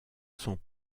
sont